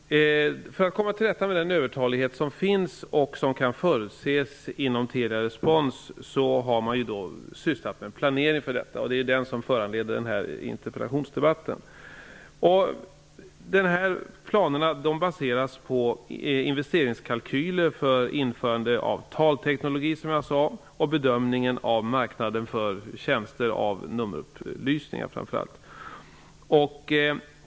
Fru talman! För att komma till rätta med den övertalighet som finns och som kan förutses inom Telerespons har man sysslat med en planering. Det är den som föranleder denna interpellationsdebatt. Planerna baseras på investeringskalkyler för införandet av talteknologi, som jag sade, och på bedömningen av marknaden för tjänster, framför allt i fråga om nummerupplysningen.